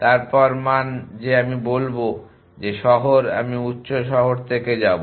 তারপর মান যে আমি বলব যে শহর আমি উচ্চ শহর থেকে যাবো